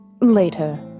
later